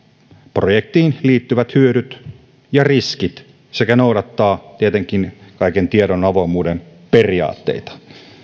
projektiin liittyvät hyödyt ja riskit sekä noudattavat tietenkin kaiken tiedon avoimuuden periaatteita